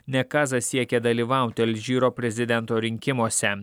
nekazas siekia dalyvauti alžyro prezidento rinkimuose